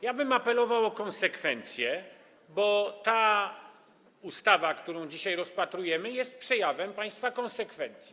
Ja bym apelował o konsekwencję, bo ta ustawa, którą dzisiaj rozpatrujemy, jest przejawem państwa konsekwencji.